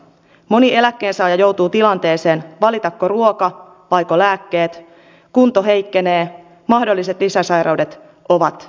moni eläkkeensaaja joutuu tilanteeseen valitako ruoka vaiko lääkkeet kunto heikkenee mahdolliset lisäsairaudet ovat totta